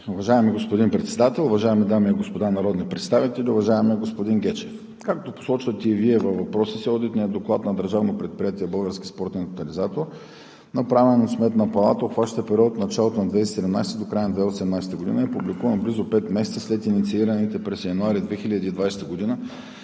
Уважаеми господин Председател, уважаеми дами и господа народни представители! Уважаеми господин Гечев, както посочвате и Вие във въпроса си, Одитният доклад на Държавното предприятие „Български спортен тотализатор“, направен от Сметната палата, обхваща период от началото на 2017-а до края на 2018 г. и е публикуван близо пет месеца след инициираните през януари 2020 г.